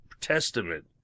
Testament